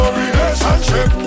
relationship